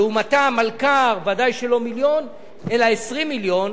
לעומתם, מלכ"ר ודאי שלא מיליון אלא 20 מיליון.